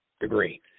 degree